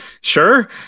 sure